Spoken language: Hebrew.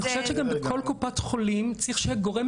אני חושבת שגם בכל קופת חולים צריך שיהיה גורם